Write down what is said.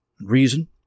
reason